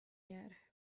yet